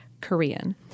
Korean